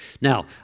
Now